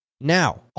Now